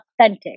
authentic